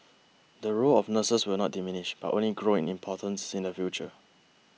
the role of nurses will not diminish but only grow in importance in the future